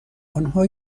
آنها